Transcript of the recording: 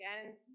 Again